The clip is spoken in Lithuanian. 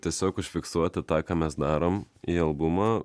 tiesiog užfiksuoti tą ką mes darom į albumą